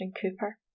Cooper